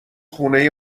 خونه